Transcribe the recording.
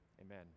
Amen